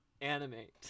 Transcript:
Animate